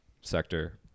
sector